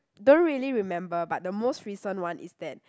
don't really remember but the most recent one is that